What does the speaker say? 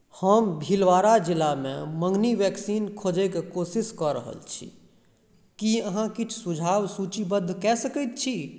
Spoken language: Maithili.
हम भिलवाड़ा जिलामे मङ्गनी वैक्सीन खोजयके कोशिश कऽ रहल छी की अहाँ किछु सुझाव सूचीबद्ध कए सकैत छी